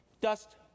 dust